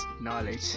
knowledge